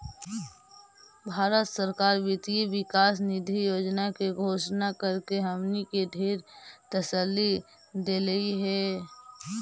भारत सरकार वित्त विकास निधि योजना के घोषणा करके हमनी के ढेर तसल्ली देलई हे